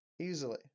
easily